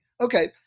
Okay